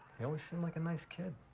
he always seemed like a nice kid.